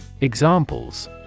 Examples